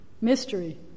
Mystery